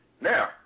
Now